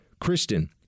Kristen